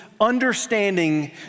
understanding